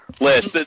list